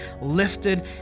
lifted